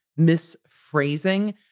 misphrasing